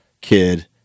kid